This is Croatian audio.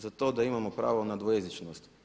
Za to da imamo pravo na dvojezičnost.